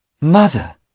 Mother